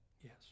Yes